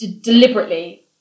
deliberately